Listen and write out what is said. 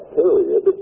period